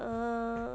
err